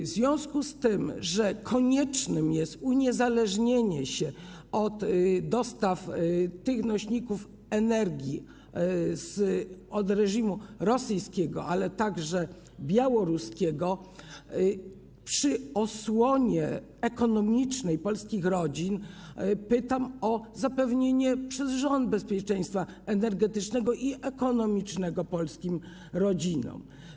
W związku z tym, że konieczne jest uniezależnienie się od dostaw tych nośników energii od reżimu rosyjskiego, ale także białoruskiego, przy osłonie ekonomicznej polskich rodzin, pytam o zapewnienie przez rząd bezpieczeństwa energetycznego i ekonomicznego polskim rodzinom.